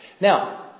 Now